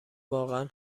واقعا